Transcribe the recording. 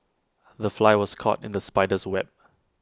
the fly was caught in the spider's web